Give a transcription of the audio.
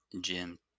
Jim